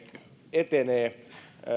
etenee